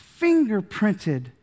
fingerprinted